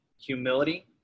humility